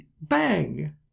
bang